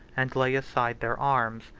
and lay aside their arms,